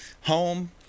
home